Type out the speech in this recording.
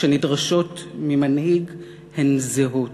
שנדרשות ממנהיג הן זהות.